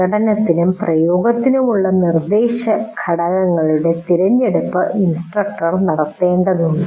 പ്രകടനത്തിനും പ്രയോഗത്തിനുമുള്ള നിർദ്ദേശ ഘടകങ്ങളുടെ തിരഞ്ഞെടുപ്പ് ഇൻസ്ട്രക്ടർ നടത്തേണ്ടതുണ്ട്